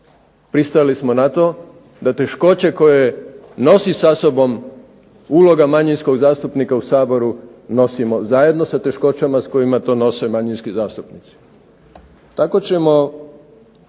pristali smo na to da teškoće koje nosi sa sobom uloga manjinskog zastupnika u Saboru nosimo zajedno sa teškoćama s kojima to nose manjinski zastupnici. Tako ćemo